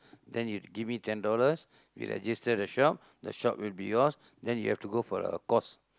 then you give me ten dollars we register the shop the shop will be yours then you have to go for a course